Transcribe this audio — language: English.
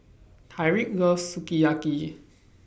Tyreek loves Sukiyaki